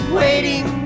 waiting